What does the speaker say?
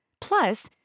Plus